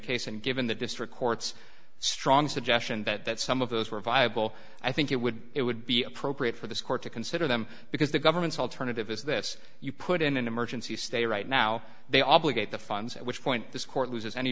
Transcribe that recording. case and given the district court's strong suggestion that some of those were viable i think it would it would be appropriate for this court to consider them because the government's alternative is this you put in an emergency stay right now they obligate the funds at which point this court loses any